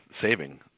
saving